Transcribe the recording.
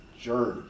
journey